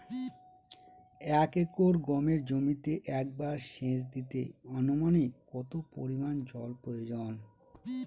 এক একর গমের জমিতে একবার শেচ দিতে অনুমানিক কত পরিমান জল প্রয়োজন?